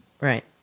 right